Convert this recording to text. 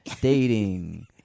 dating